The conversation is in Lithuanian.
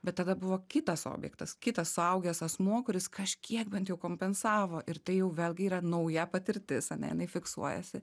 bet tada buvo kitas objektas kitas suaugęs asmuo kuris kažkiek bent jau kompensavo ir tai jau vėlgi yra nauja patirtis ane jinai fiksuojasi